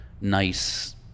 nice